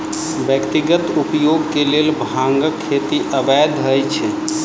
व्यक्तिगत उपयोग के लेल भांगक खेती अवैध अछि